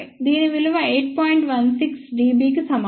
16 dB కి సమానం